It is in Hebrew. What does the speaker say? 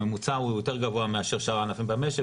הממוצע הוא יותר גבוה מאשר שאר הענפים במשק,